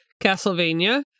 Castlevania